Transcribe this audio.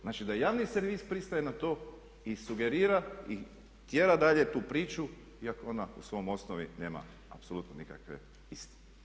Znači da javni servis pristaje na to i sugerira i tjera dalje tu priču iako ona u svojoj osnovi nema apsolutno nikakve istine.